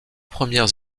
premières